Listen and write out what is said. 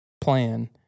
Plan